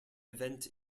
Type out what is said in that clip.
event